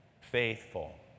Faithful